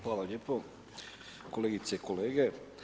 Hvala lijepo, kolegice i kolege.